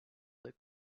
that